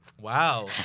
Wow